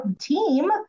team